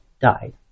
died